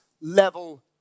level